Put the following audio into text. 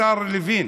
השר לוין,